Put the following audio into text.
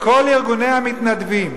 בכל ארגוני המתנדבים,